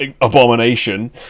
abomination